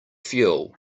fuel